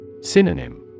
Synonym